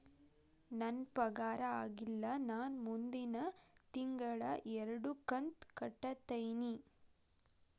ನನ್ನ ಪಗಾರ ಆಗಿಲ್ಲ ನಾ ಮುಂದಿನ ತಿಂಗಳ ಎರಡು ಕಂತ್ ಕಟ್ಟತೇನಿ